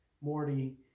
Morty